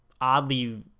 oddly